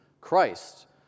Christ